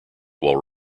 while